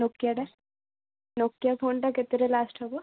ନୋକିଆଟା Nokia ଫୋନ୍ଟା କେତେରେ last ହେବ